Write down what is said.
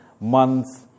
months